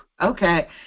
Okay